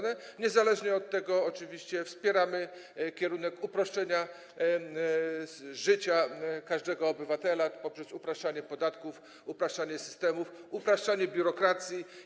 Niezależnie od tego oczywiście wspieramy ten kierunek, uproszczenie życia każdego obywatela poprzez upraszczanie systemu podatków, upraszczanie systemów, upraszczanie biurokracji.